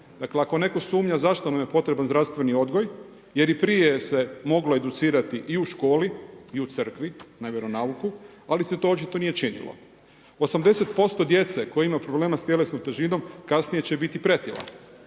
Dakle, ako netko sumnja zašto nam je potreban zdravstveni odgoj, jer i prije se moglo educirati i u školi i u crkvi, na vjeronauku, ali se to očito nije činilo. 80% djece koja ima problema s tjelesnom težinom, kasnije će biti pretila.